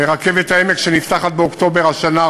רכבת העמק שנפתחת באוקטובר השנה,